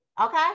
Okay